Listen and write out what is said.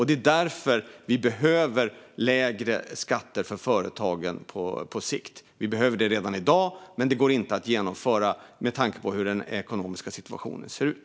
Det är därför som vi behöver lägre skatter för företagen på sikt. Vi behöver det redan i dag, men det går inte att genomföra med tanke på hur den ekonomiska situationen ser ut.